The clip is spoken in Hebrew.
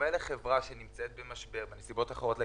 בדומה לחברה שנמצאת במשבר בנסיבות אחרות לגמרי,